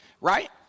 right